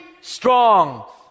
strong